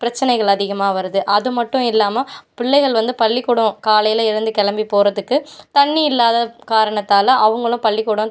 பிரச்சினைகள் அதிகமாக வருது அது மட்டும் இல்லாமல் பிள்ளைகள் வந்து பள்ளிக்கூடம் காலையில் எழுந்து கிளம்பி போகிறதுக்கு தண்ணி இல்லாத காரணத்தால் அவங்களும் பள்ளிக்கூடம்